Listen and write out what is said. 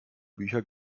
bücher